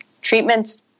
treatments